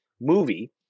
movie